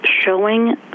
showing